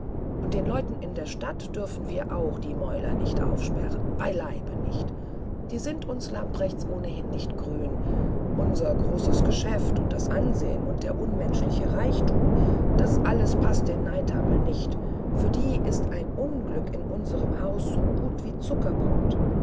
und den leuten in der stadt dürfen wir auch die mäuler nicht aufsperren beileibe nicht die sind uns lamprechts ohnehin nicht grün unser großes geschäft und das ansehen und der unmenschliche reichtum das alles paßt den neidhammeln nicht für die ist ein unglück in unserem hause so gut wie zuckerbrot